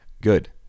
good